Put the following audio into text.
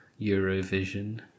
Eurovision